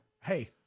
Hey